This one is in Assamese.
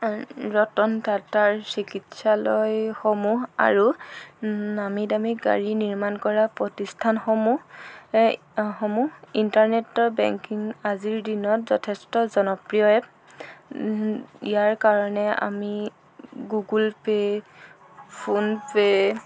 ৰতন টাটাৰ চিকিৎসালয়সমূহ আৰু নামী দামী গাড়ী নিৰ্মান কৰা প্ৰতিষ্ঠানসমূহ সমূহ ইণ্টাৰনেটৰ বেংকিং আজিৰ দিনত যথেষ্ট জনপ্ৰিয় এপ ইয়াৰ কাৰণে আমি গুগুল পে' ফোনপে'